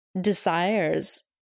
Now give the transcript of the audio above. desires